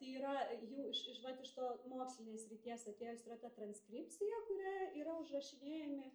tai yra jų iš iš vat iš to mokslinės srities atėjus yra ta transkripcija kuria yra užrašinėjami